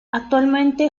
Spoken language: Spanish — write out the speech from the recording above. actualmente